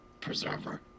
preserver